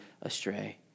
astray